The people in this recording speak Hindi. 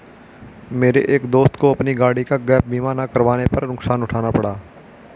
मेरे एक दोस्त को अपनी गाड़ी का गैप बीमा ना करवाने पर नुकसान उठाना पड़ा